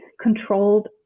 controlled